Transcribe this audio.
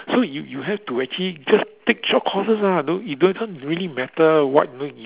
so you you have to actually just take short courses ah don't you don't doesn't really matter what you know